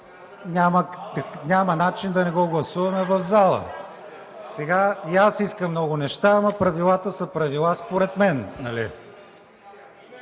няма начин да не го гласуваме в залата. Сега и аз искам много неща, но правилата са правила според мен.